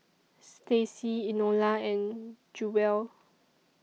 Staci Enola and Jewell